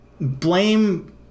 blame